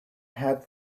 head